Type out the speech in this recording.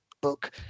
book